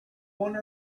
one